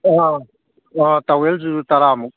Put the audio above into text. ꯑꯥ ꯑꯥ ꯇꯥꯋꯦꯜꯗꯨꯁꯨ ꯇꯔꯥꯃꯨꯛ